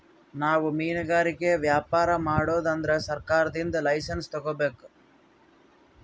ನಾವ್ ಮಿನ್ಗಾರಿಕೆ ವ್ಯಾಪಾರ್ ಮಾಡ್ಬೇಕ್ ಅಂದ್ರ ಸರ್ಕಾರದಿಂದ್ ಲೈಸನ್ಸ್ ತಗೋಬೇಕ್